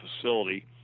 facility